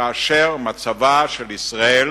כאשר מצבה של ישראל